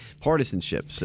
partisanship